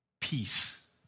peace